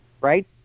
right